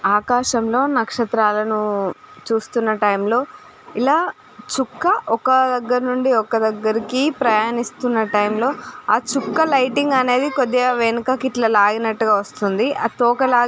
ఆకాశంలో నక్షత్రాలను చూస్తున్న టైం లో ఇలా చుక్క ఒక దగ్గర నుండి ఒక దగ్గరికి ప్రయాణిస్తున్న టైం లో ఆ చుక్క లైటింగ్ అనేది కొద్దిగా వెనుకకు ఇట్ల లాగినట్టుగా వస్తుంది అది తోకలాగే